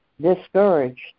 discouraged